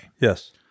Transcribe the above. Yes